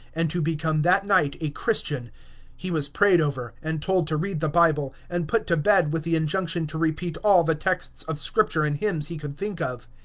and to become that night a christian he was prayed over, and told to read the bible, and put to bed with the injunction to repeat all the texts of scripture and hymns he could think of.